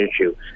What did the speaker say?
issue